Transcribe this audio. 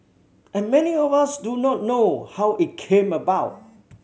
and many of us do not know how it came about